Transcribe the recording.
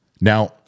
Now-